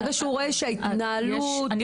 ברגע שהוא רואה שההתנהלות --- אני